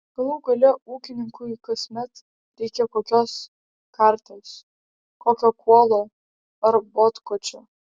galų gale ūkininkui kasmet reikia kokios karties kokio kuolo ar botkočio